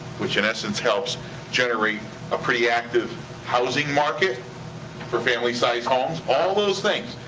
which in essence helps generate a pretty active housing market for family-size homes. all those things.